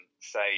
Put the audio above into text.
say